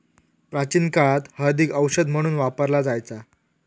प्राचीन काळात हळदीक औषध म्हणून वापरला जायचा